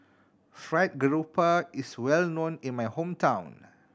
Fried Garoupa is well known in my hometown